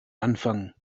anfang